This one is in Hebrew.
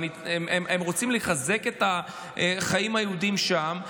הם רוצים לחזק את החיים היהודיים שם,